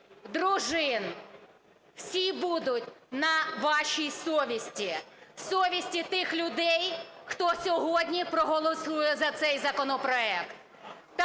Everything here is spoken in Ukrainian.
дружин всі будуть на вашій совісті – совісті тих людей, хто сьогодні проголосує за цей законопроект.